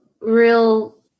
real